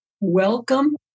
Welcome